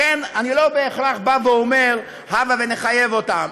לכן אני לא בהכרח בא ואומר: הבה ונחייב אותן,